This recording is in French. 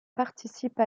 participe